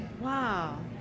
Wow